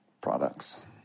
products